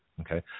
Okay